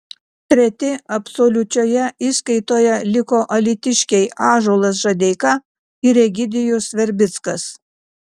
treti absoliučioje įskaitoje liko alytiškiai ąžuolas žadeika ir egidijus verbickas